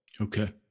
Okay